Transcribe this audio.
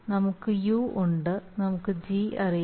നമുക്ക് യു ഉണ്ട് നമുക്ക് ജി അറിയാം